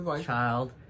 Child